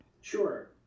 Sure